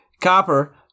Copper